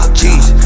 jeez